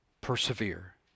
persevere